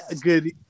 Good